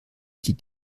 die